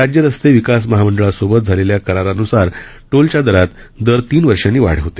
राज्य रस्ते विकास महामंडळासोबत झालेल्या करारान्सार टोलच्या दरात दर तीन वर्षांनी वाढ होते